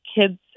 kids